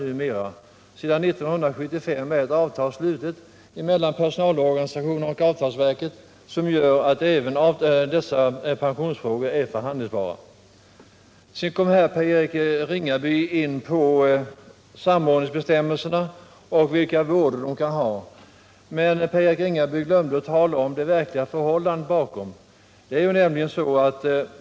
Sedan 1975 gäller ett avtal mellan personalorganisationerna och avtalsverket, som innebär att även dessa pensionsfrågor är förhandlingsbara. Per-Eric Ringaby kom också in på de vådor som är förenade med samordningsbestämmelserna. Men Per-Eric Ringaby glömde att nämna 169 ett väsentligt förhållande i samband med samordningsbestämmelserna.